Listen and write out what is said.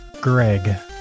Greg